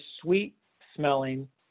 sweet-smelling